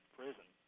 prison